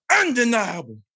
undeniable